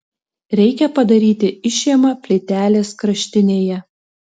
reikia padaryti išėmą plytelės kraštinėje